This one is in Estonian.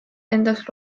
endas